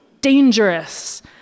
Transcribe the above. dangerous